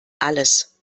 alles